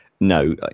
no